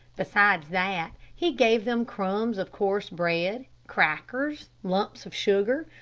besides that he gave them crumbs of coarse bread, crackers, lumps of sugar,